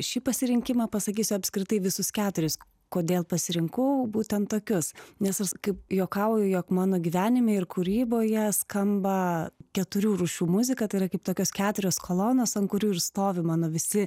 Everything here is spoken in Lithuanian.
šį pasirinkimą pasakysiu apskritai visus keturis kodėl pasirinkau būtent tokius nes aš kaip juokauju jog mano gyvenime ir kūryboje skamba keturių rūšių muzika tai yra kaip tokios keturios kolonos ant kurių ir stovi mano visi